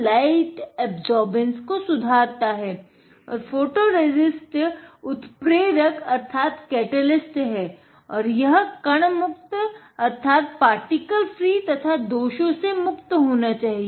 each resistance तथा दोषों से मुक्त होना चाहिए